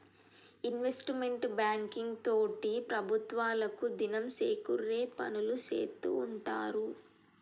investment banking తోటి ప్రభుత్వాలకు దినం సేకూరే పనులు సేత్తూ ఉంటారు